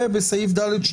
ובסעיף (ד)(2):